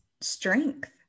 strength